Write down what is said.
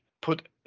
put